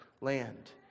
land